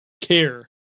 care